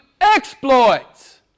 exploits